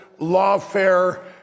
lawfare